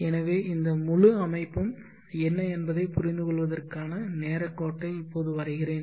எனவே இந்த முழு அமைப்பும் என்ன என்பதைப் புரிந்துகொள்வதற்கான நேரக் கோட்டை இப்போது வரைகிறேன்